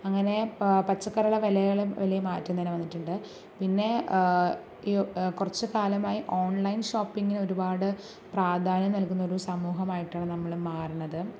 അങ്ങനെ പച്ചക്കറിയുടെ വിലകൾ വലിയ മാറ്റം തന്നെ വന്നിട്ടുണ്ട് പിന്നെ ഈ കുറച്ച് കാലമായി ഓൺലൈൻ ഷോപ്പിംഗിനു ഒരുപാട് പ്രാധാന്യം നൽകുന്നൊരു സമൂഹമായിട്ടാണ് നമ്മൾ മാറണത്